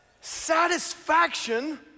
Satisfaction